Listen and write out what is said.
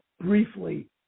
briefly